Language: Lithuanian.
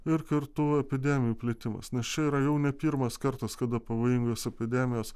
ir kartu epidemijų plitimas na ši yra jau ne pirmas kartas kada pavojingos epidemijos